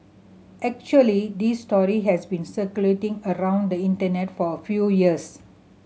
actually this story has been circulating around the Internet for a few years